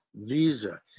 visa